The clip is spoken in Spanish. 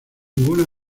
ninguna